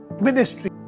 ministry